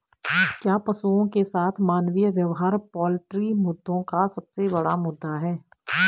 क्या पशुओं के साथ मानवीय व्यवहार पोल्ट्री मुद्दों का सबसे बड़ा मुद्दा है?